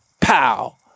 Pow